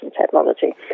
technology